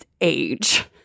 age